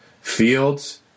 Fields